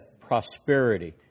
prosperity